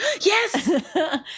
Yes